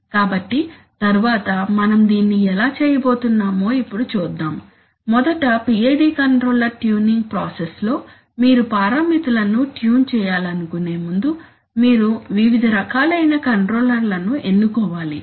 కాబట్టి తరువాత మనం దీన్ని ఎలా చేయబోతున్నామో ఇప్పుడు చూద్దాం మొదట PID కంట్రోలర్ ట్యూనింగ్ ప్రాసెస్లో మీరు పారామితులను ట్యూన్ చేయాలనుకునే ముందు మీరు వివిధ రకాలైన కంట్రోలర్లను ఎన్నుకోవాలి